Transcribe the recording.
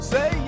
Say